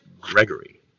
Gregory